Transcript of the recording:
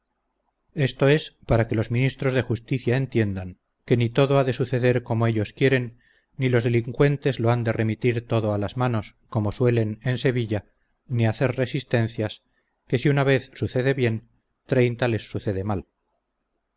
esto es para que los ministros de justicia entiendan que ni todo ha de suceder como ellos quieren ni los delincuentes lo han de remitir todo a las manos como suelen en sevilla ni hacer resistencias que si una vez sucede bien treinta les sucede mal